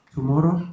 Tomorrow